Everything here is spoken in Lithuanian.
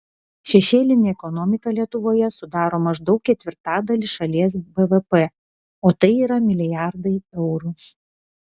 šešėlinė ekonomika lietuvoje sudaro maždaug ketvirtadalį šalies bvp o tai yra milijardai eurų